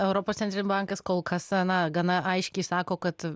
europos centrinis bankas kol kas na gana aiškiai sako kad